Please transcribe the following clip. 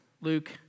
Luke